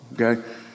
Okay